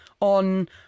on